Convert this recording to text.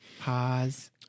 Pause